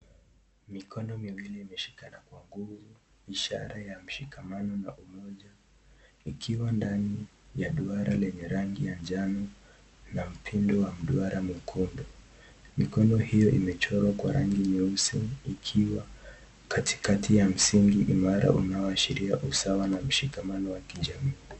Mikono miwili imeshikana kwa nguvu ishara yashikamano na umoja, ikiwa ndani ya duara lenye rangi ya jano la mpindo wa mduara mwekundu. Mikono hiyo imechorwa kwa rangi nyeusi ikiwa katikati ya msingi imara unaoashiria usawa na ushikamano wa kijamii.